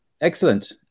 Excellent